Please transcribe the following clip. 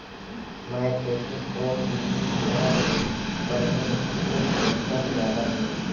मै खेती कोन बिधी ल करहु कि फसल जादा होही